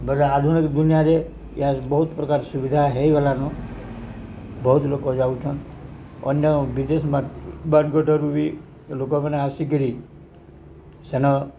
ବଟ ଆଧୁନିକ ଦୁନିଆରେ ଏହା ବହୁତ ପ୍ରକାର ସୁବିଧା ହେଇଗଲାନ ବହୁତ ଲୋକ ଯାଉଛନ୍ ଅନ୍ୟ ବିଦେଶ ବାଟଘାଟରୁ ବି ଲୋକମାନେ ଆସିକିରି ସେନ